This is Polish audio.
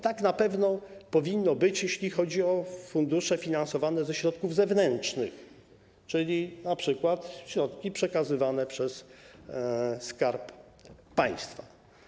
Tak na pewno powinno być, jeśli chodzi o fundusze pochodzące ze środków zewnętrznych, czyli np. środki przekazywane przez Skarb Państwa.